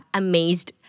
amazed